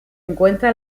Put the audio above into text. encuentra